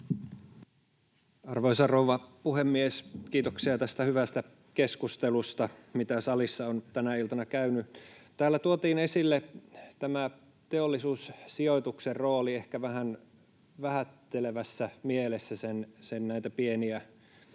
Arvoisa rouva puhemies! Kiitoksia tästä hyvästä keskustelusta, mitä salissa on tänä iltana käyty. Täällä tuotiin esille tämä Teollisuussijoituksen rooli ehkä vähän vähättelevässä mielessä, näitä sen pieniä